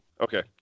Okay